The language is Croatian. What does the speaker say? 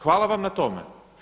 Hvala vam na tome.